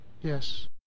Yes